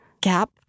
gap